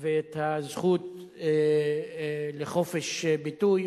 והזכות לחופש הביטוי,